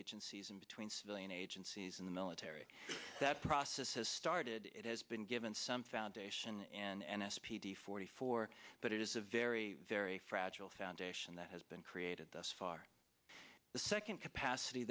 agencies and between civilian agencies in the military that process has started it has been given some foundation and s p d forty four but it is a very very fragile foundation that has been created thus far the second capacity